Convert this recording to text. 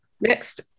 next